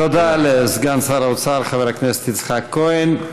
תודה לסגן שר האוצר חבר הכנסת יצחק כהן.